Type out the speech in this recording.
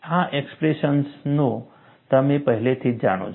આ એક્સપ્રેશનઓ તમે પહેલેથી જ જાણો છો